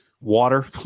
Water